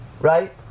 Right